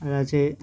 আর আছে